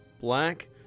black